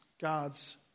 God's